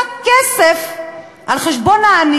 אבל אי-אפשר לעצור שם,